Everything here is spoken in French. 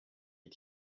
est